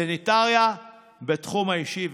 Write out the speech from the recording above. סניטריה בתחום האישי וכו'.